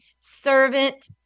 servant